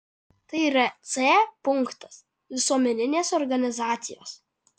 tai yra c punktas visuomeninės organizacijos